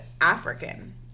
African